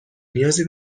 نیازی